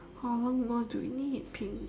how long more do we need team